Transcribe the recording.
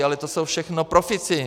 Ale to jsou všechno profíci.